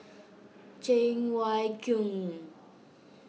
Cheng Wai Keung